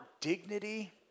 dignity